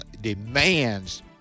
demands